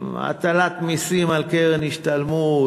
הטלת מסים על קרן השתלמות,